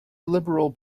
liberal